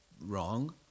wrong